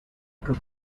cup